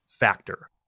Factor